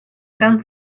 dan